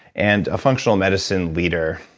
and a functional medicine leader.